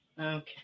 Okay